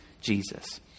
Jesus